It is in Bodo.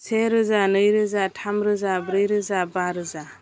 से रोजा नै रोजा थाम रोजा ब्रै रोजा बा रोजा